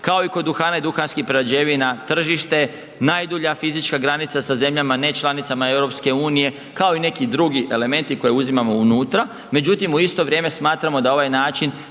kao i kod duhana i duhanskih prerađevina tržište je najdulja fizička granica sa zemljama nečlanicama EU, kao i neki drugi elementi koje uzimamo unutra, međutim u isto vrijeme smatramo da na ovaj način